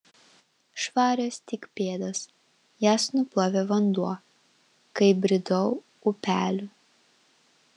švarios tik pėdos jas nuplovė vanduo kai bridau upeliu